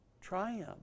triumph